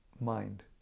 mind